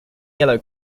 yellow